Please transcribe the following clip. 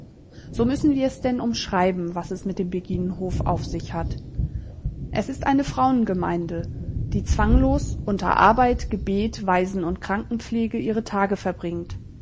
so müssen wir's denn umschreiben was es mit dem beginenhof auf sich hat es ist eine frauen gemeinde die zwanglos unter arbeit gebet waisen und krankenpflege ihre tage verbringt